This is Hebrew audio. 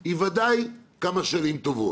היא ודאי תיקח כמה שנים טובות.